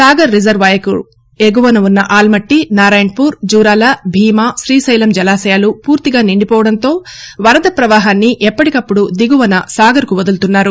సాగర్ రిజర్వాయర్కు ఎగువన ఉన్న ఆల్మట్టి నారాయణపూర్ జూరాల భీమా శ్రీశైలం జలశయాలు పూర్తిగా నిండి పోవడంతో వరద పవాహాన్ని ఎప్పుడుకప్పుడు దిగువన సాగర్కు వదులుతున్నారు